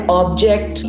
object